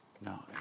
No